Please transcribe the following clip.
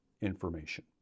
information